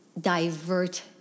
divert